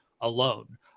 alone